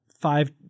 five